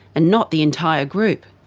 and not the entire group.